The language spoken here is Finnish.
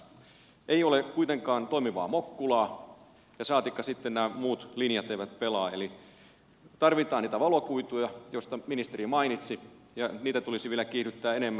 ei ole kuitenkaan toimivaa mokkulaa saatikka sitten muut linjat eivät pelaa eli tarvitaan niitä valokuituja joista ministeri mainitsi ja niitä tulisi vielä kiihdyttää enemmän